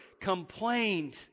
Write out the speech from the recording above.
complained